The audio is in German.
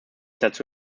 dazu